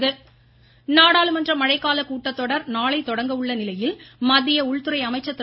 அமீத் ஷா நாடாளுமன்ற மழைக்கால கூட்டத்தொடர் நாளை தொடங்க உள்ள நிலையில் மத்திய உள்துறை அமைச்சர் திரு